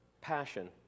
Passion